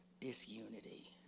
disunity